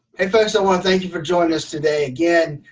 hey folks, i want to thank you for joining us today. again,